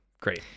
Great